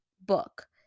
book